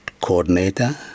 coordinator